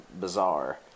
bizarre